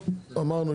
אמרנו,